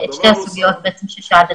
בסדר,